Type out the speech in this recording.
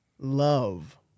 love